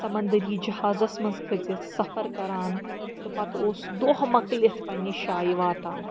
سَمنٛدٔری جَہازَس منٛز کھٔژِتھ سفر کَران تہٕ پَتہٕ اوس دۄہ مۄکلِتھ پننہِ جایہِ واتان